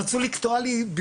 רצו לקטוע לי,